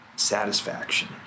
Satisfaction